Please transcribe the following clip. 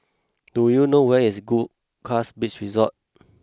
do you know where is Goldkist Beach Resort